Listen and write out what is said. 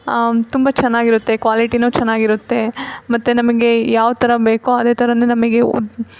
ತುಂಬ ಚೆನ್ನಾಗಿರುತ್ತೆ ಕ್ವಾಲಿಟಿಯೂ ಚೆನ್ನಾಗಿರುತ್ತೆ ಮತ್ತು ನಮಗೆ ಯಾವ ಥರ ಬೇಕೋ ಅದೇ ಥರವೇ ನಮಗೆ